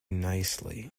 nicely